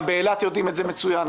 גם באילת יודעים את זה מצוין,